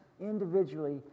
individually